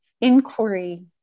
inquiry